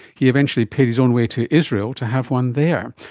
he eventually paid his own way to israel to have one there.